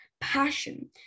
Passion